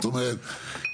זאת אומרת,